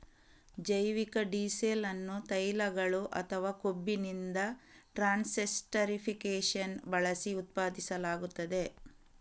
ಜೈವಿಕ ಡೀಸೆಲ್ ಅನ್ನು ತೈಲಗಳು ಅಥವಾ ಕೊಬ್ಬಿನಿಂದ ಟ್ರಾನ್ಸ್ಸೆಸ್ಟರಿಫಿಕೇಶನ್ ಬಳಸಿ ಉತ್ಪಾದಿಸಲಾಗುತ್ತದೆ